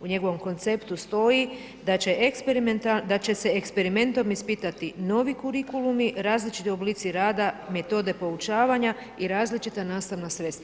u njegovom konceptu stoji da će se eksperimentom ispitati novi kurikulumi, različiti oblici rada, metode poučavanja i različita nastavna sredstva.